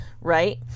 right